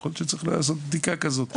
יכול להיות שצריך לעשות בדיקה כזאת.